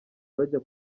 bajya